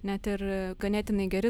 net ir ganėtinai geri